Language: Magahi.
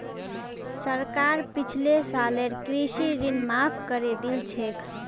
सरकार पिछले सालेर कृषि ऋण माफ़ करे दिल छेक